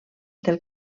del